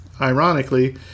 Ironically